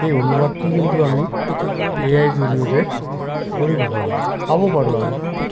সেই অনুবাদটো কিন্তু আমি এ আইৰ জৰিয়তে কৰিব পাৰোঁ পাব পাৰোঁ আমি